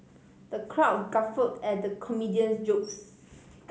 the crowd guffawed at the comedian's jokes